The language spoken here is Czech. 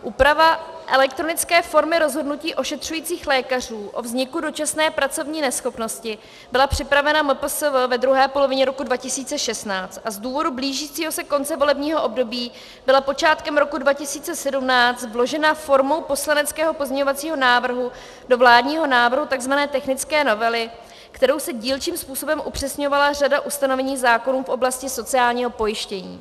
Úprava elektronické formy rozhodnutí ošetřujících lékařů o vzniku dočasné pracovní neschopnosti byla připravena MPSV v druhé polovině roku 2016 a z důvodu blížícího se konce volebního období byla počátkem roku 2017 vložena formou poslaneckého pozměňovacího návrhu do vládního návrhu tzv. technické novely, kterou se dílčím způsobem upřesňovala řada ustanovení zákonů v oblasti sociálního pojištění.